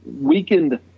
weakened